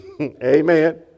Amen